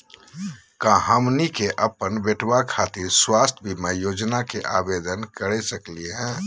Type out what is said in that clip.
का हमनी के अपन बेटवा खातिर स्वास्थ्य बीमा योजना के आवेदन करे सकली हे?